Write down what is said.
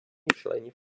членів